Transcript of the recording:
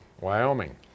Wyoming